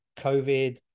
COVID